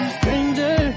stranger